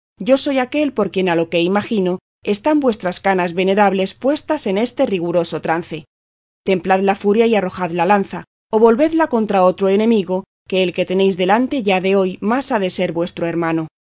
yo soy aquel por quien a lo que imagino están vuestras canas venerables puestas en este riguroso trance templad la furia y arrojad la lanza o volvedla contra otro enemigo que el que tenéis delante ya de hoy más ha de ser vuestro hermano